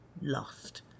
lost